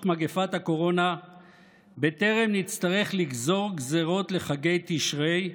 מגפת הקורונה בטרם נצטרך לגזור גזרות לחגי תשרי.